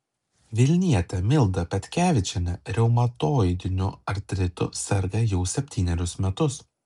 vilnietė milda petkevičienė reumatoidiniu artritu serga jau septynerius metus